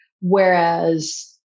whereas